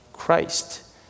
Christ